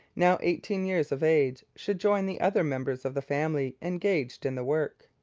now eighteen years of age, should join the other members of the family engaged in the work.